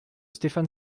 stefan